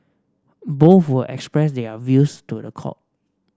both will express their views to the court